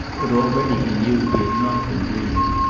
but already he knew he had not been dreaming.